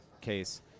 case